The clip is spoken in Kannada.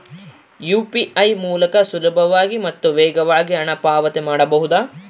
ಯು.ಪಿ.ಐ ಮೂಲಕ ಸುಲಭವಾಗಿ ಮತ್ತು ವೇಗವಾಗಿ ಹಣ ಪಾವತಿ ಮಾಡಬಹುದಾ?